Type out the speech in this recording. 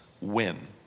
Win